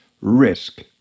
risk